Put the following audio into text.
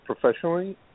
professionally